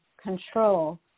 control